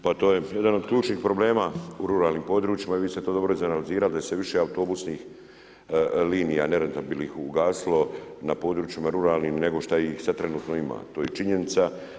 Pa to je jedan od ključnih problema u ruralnim područjima i vi ste to dobro izanalizirali da se više autobusnih linija nerentabilnih ugasilo na područjima ruralnim nego šta ih sada trenutno ima, to je činjenica.